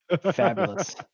Fabulous